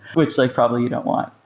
which like probably you don't want.